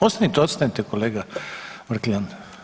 Ostanite, ostanite kolega Vrkljan.